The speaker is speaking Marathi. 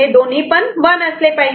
हे दोन्ही पण 1 असले पाहिजेत